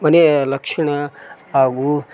ಮನೆಯ ಲಕ್ಷಣ ಹಾಗೂ